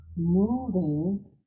moving